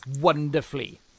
wonderfully